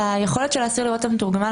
היכולת של האסיר לראות את המתורגמן,